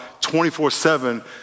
24-7